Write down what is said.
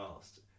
asked